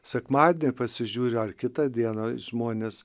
sekmadienį pasižiūriu ar kitą dieną žmonės